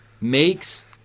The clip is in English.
makes